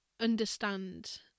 understand